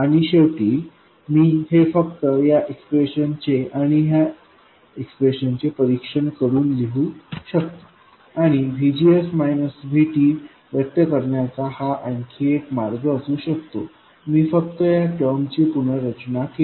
आणि शेवटी मी हे फक्त या एक्सप्रेशन चे आणि ह्या एक्सप्रेशन चे परीक्षण करून लिहू शकतो आणि VGS VT व्यक्त करण्याचा हा आणखी एक मार्ग असू शकतो मी फक्त या टर्मची पुनर्रचना केली